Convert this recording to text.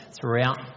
throughout